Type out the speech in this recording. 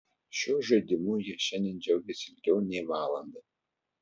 šiuo žaidimu jie šiandien džiaugėsi ilgiau nei valandą